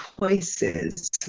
choices